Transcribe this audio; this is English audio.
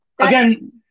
again